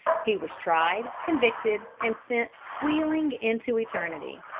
he was tried, convicted, and sent squealing into eternity.